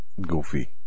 goofy